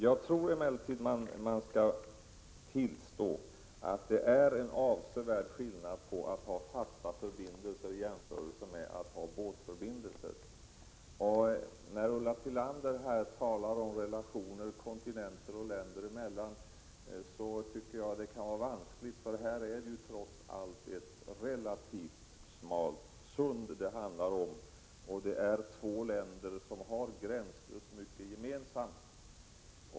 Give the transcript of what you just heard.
Man måste nog tillstå att det är en avsevärd skillnad mellan fasta förbindelser och båtförbindelser. Ulla Tillander talar här om relationer kontinenter och länder emellan. Men det kan vara vanskligt att ta till sådana argument, för här handlar det trots allt om ett relativt smalt sund. Sedan gäller det också två länder som har gränslöst mycket gemensamt.